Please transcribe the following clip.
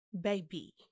baby